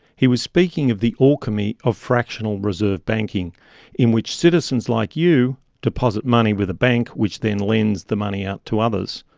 he was speaking of the alchemy of fractional reserve banking in which citizens like you deposit money with a bank which then lends the money out to others,